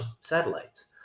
satellites